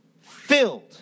filled